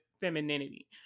femininity